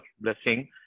blessing